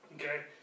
Okay